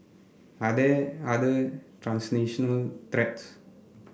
are there other transnational